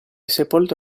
sepolto